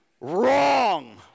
Wrong